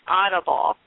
audible